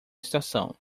estação